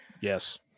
Yes